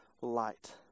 light